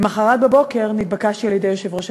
למחרת בבוקר נתבקשתי על-ידי יושב-ראש